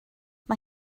mae